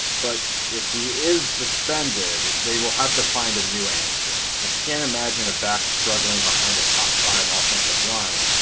but if he is suspended they will have to find a new answer. i can't imagine a back struggling behind a top five ah offensive line,